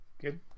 good